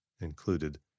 included